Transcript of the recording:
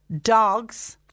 dogs